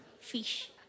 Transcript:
Fish